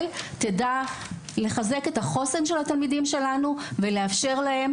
תדע לחזק את החוסן של התלמידים שלנו ולאפשר להם